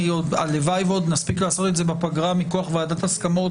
הלוואי ועוד נספיק לעשות את זה בפגרה מכוח ועדת הסכמות